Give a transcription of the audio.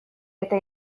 eta